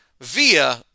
via